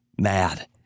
mad